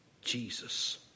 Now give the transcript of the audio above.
Jesus